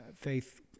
faith